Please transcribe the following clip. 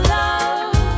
love